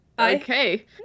okay